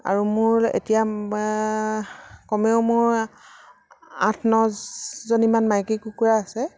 আৰু মোৰ এতিয়া কমেও মোৰ আঠ নজনীমান মাইকী কুকুৰা আছে